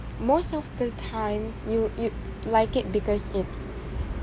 most of the times you you like it because it's